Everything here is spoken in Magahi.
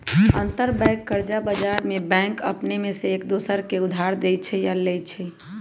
अंतरबैंक कर्जा बजार में बैंक अपने में एक दोसर के उधार देँइ छइ आऽ लेइ छइ